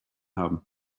haben